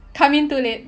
come in too late